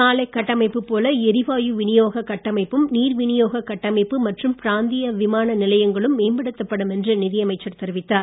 சாலை கட்டமைப்புப் போல எரிவாயு வினியோகக் கட்டமைப்பும் நீர் வினியோகக் கட்டமைப்பு மற்றும் பிராந்திய விமான நிலையங்களும் மேம்படுத்தப்படும் என்று நிதி அமைச்சர் தெரிவித்தார்